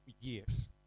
Years